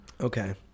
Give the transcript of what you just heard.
Okay